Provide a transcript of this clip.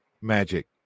magic